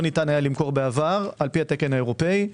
ניתן היה למכור בעבר לפי התקן האירופאי.